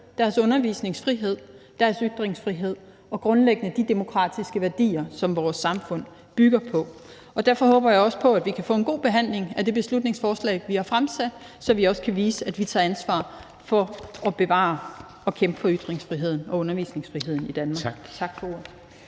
deres undervisningsfrihed og deres ytringsfrihed og de grundlæggende demokratiske værdier, som vores samfund bygger på. Derfor håber jeg også på, at vi kan få en god behandling af det beslutningsforslag, vi har fremsat, så vi også kan vise, at vi tager ansvar for at bevare og kæmpe for ytringsfriheden og undervisningsfriheden i Danmark. Tak for ordet.